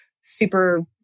super